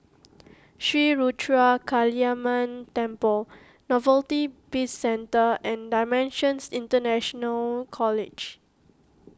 Sri Ruthra Kaliamman Temple Novelty Bizcentre and Dimensions International College